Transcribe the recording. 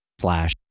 slash